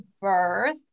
birth